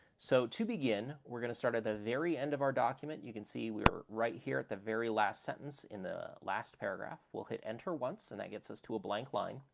so, to begin, we're going to start at the very end of our document. you can see we're right at the very last sentence in the last paragraph. we'll hit enter once, and that gets us to a blank line.